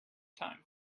time